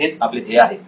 हेच आपले ध्येय आहे